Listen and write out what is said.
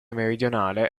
meridionale